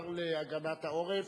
לשר להגנת העורף,